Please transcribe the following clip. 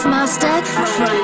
Master